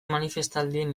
manifestaldien